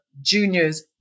juniors